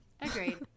Agreed